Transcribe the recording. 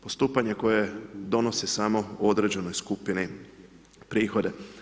Postupanje koje donosi samo određenoj skupini prihode.